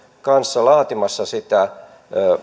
kanssa laatimassa sitä